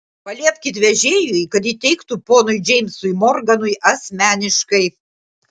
paliepkit vežėjui kad įteiktų ponui džeimsui morganui asmeniškai